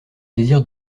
désir